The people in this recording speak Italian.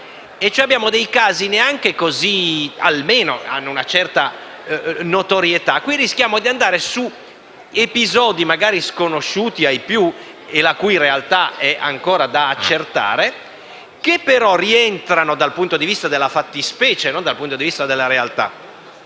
almeno a casi che hanno una certa notorietà. In caso contrario, rischiamo di considerare episodi, magari sconosciuti ai più e la cui realtà è ancora da accertare, che rientrano, dal punto di vista della fattispecie (non dal punto di vista della realtà),